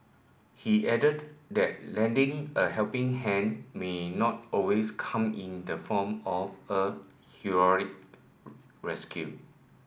he added that lending a helping hand may not always come in the form of a heroic rescue